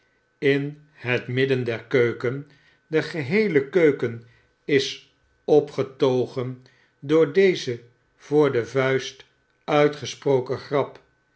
in het midden der keuken de geheele keuken is opgetogen door deze voor de vuist uitgesproken grap